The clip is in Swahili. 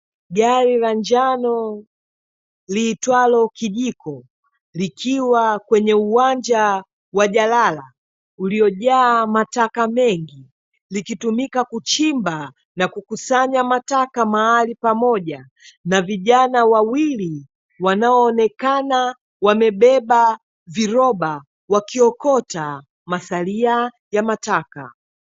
Gari la njano liitwalo kijiko, likiwa kwenye uwanja wa jalala uliojaa mataka mengi, likitumika kuchimba na kukusanya mataka mahali pamoja. Na vijana wawili wanaoonekana wamebeba viroba, wakiokota masalia ya mataka.